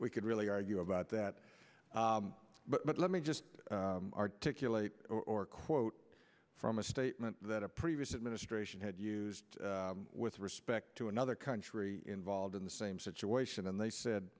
we could really argue about that but let me just articulate a quote from a statement that a previous administration had used with respect to another country involved in the same situation and they said